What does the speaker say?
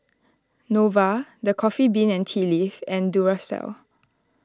Nova the Coffee Bean and Tea Leaf and Duracell